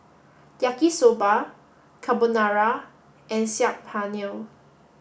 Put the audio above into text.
Yaki Soba Carbonara and Saag Paneer